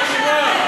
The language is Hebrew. זה הקואליציה שלכם.